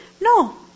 No